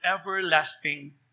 everlasting